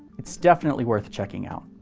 it's definitely worth checking out.